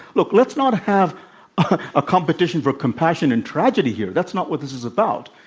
look, let's not have a competition for compassion and tragedy here. that's not what this is about,